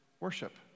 worship